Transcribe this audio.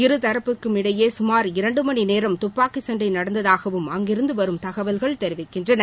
இருதரப்புக்குமிடையே சுமார் இரண்டு மணி நேரம் துப்பாக்கி சண்டை நடந்ததாகவும் அங்கிருந்து வரும் தகவல்கள் தெரிவிக்கின்றன